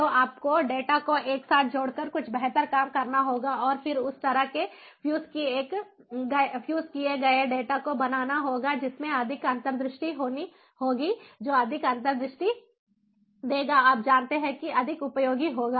तो आपको डेटा को एक साथ जोड़कर कुछ बेहतर काम करना होगा और फिर उस तरह के फ़्यूज़ किए गए डेटा को बनाना होगा जिसमें अधिक अंतर्दृष्टि होगी जो अधिक अंतर्दृष्टि देगा आप जानते हैं कि अधिक उपयोगी होगा